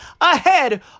ahead